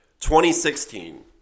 2016